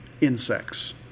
insects